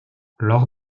lors